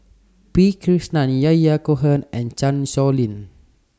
P Krishnan Yahya Cohen and Chan Sow Lin